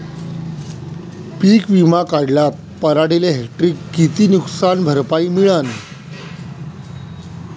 पीक विमा काढला त पराटीले हेक्टरी किती नुकसान भरपाई मिळीनं?